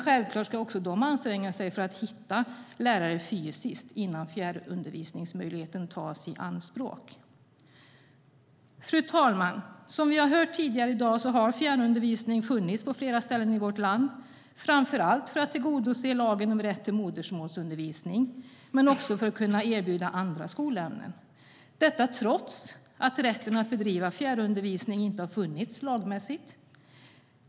Självklart ska dock även de anstränga sig för att hitta lärare fysiskt innan fjärrundervisningsmöjligheten tas i anspråk. Fru talman! Som vi har hört tidigare i dag har fjärrundervisning funnits på flera ställen i vårt land, framför allt för att tillgodose lagen om rätt till modersmålsundervisning men också för att kunna erbjuda andra skolämnen. Detta har skett trots att rätten att bedriva fjärrundervisning inte har funnits lagmässigt.